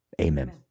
Amen